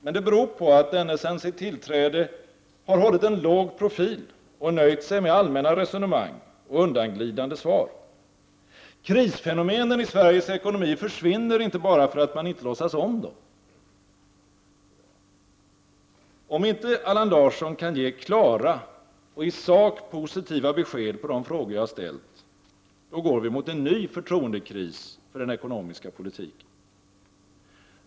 Men det beror på att denne sedan sitt tillträde har hållit en låg profil och nöjt sig med allmänna resonemang och undanglidande svar. Krisfenomenen i Sveriges ekonomi försvinner dock inte bara för att man inte låtsas om dem. Om inte Allan Larsson kan ge klara och i sak positiva besked på de frågor jag ställt, går vi mot en ny förtroendekris för den ekonomiska politiken.